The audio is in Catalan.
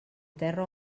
terra